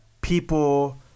people